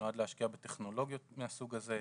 שנועד להשקיע בטכנולוגיות מהסוג הזה.